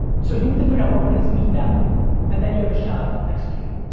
so you need to figure out what brings me value and then you have a shot of executing.